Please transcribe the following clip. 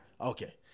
Okay